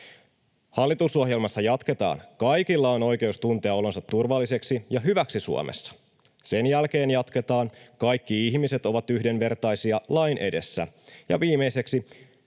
Hallitusohjelmassa jatketaan: ”Kaikilla on oikeus tuntea olonsa turvalliseksi ja hyväksi Suomessa.” Sen jälkeen jatketaan: ”Kaikki ihmiset ovat yhdenvertaisia lain edessä.” Ja viimeiseksi: